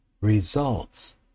results